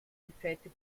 difetti